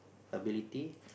ability